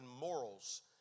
morals